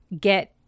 get